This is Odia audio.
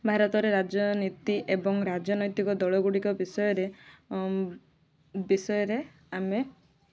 ଭାରତରେ ରାଜନୀତି ଏବଂ ରାଜନୈତିକ ଦଳ ଗୁଡ଼ିକ ବିଷୟରେ ବିଷୟରେ ଆମେ